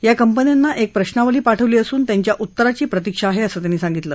या कंपन्यांना एक प्रशावली पाठवली असून त्यांच्या उत्तराची प्रतिक्षा आहे असं त्यांनी सांगितलं